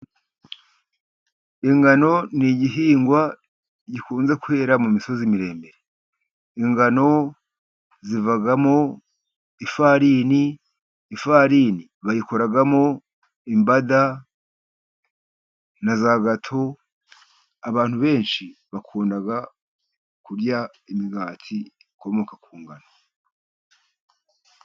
Ingano ni igihingwa gikunze kwera mu misozi miremire. Ingano zivamo ifarini, ifarini bayikoramo imbada na za gato, abantu benshi bakunda kurya imigati, ikomoka ku ngano.